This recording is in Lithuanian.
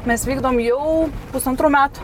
mes vykdom jau pusantrų metų